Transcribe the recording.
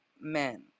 men